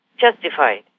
justified